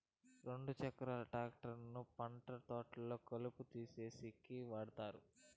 రెండు చక్రాల ట్రాక్టర్ ను పండ్ల తోటల్లో కలుపును తీసేసేకి వాడతారు